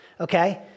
Okay